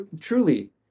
Truly